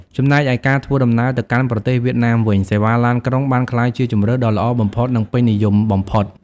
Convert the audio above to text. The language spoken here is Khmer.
ចំណែកឯការធ្វើដំណើរទៅកាន់ប្រទេសវៀតណាមវិញ សេវាឡានក្រុងបានក្លាយជាជម្រើសដ៏ល្អបំផុតនិងពេញនិយមបំផុត។